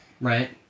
right